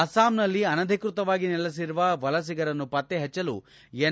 ಅಸ್ಪಾಂನಲ್ಲಿ ಅನಧಿಕೃತವಾಗಿ ನೆಲೆಸಿರುವ ವಲಸಿಗರನ್ನು ಪತ್ತೆ ಹಚ್ಚಲು ಎನ್